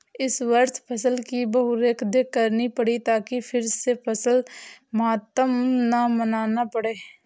इस वर्ष फसल की बहुत देखरेख करनी पड़ी ताकि फिर से फसल मातम न मनाना पड़े